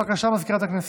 בבקשה, סגנית מזכיר הכנסת.